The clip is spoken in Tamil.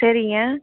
சரிங்க